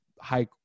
high